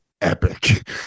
epic